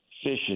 fishing